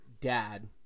dad